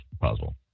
puzzle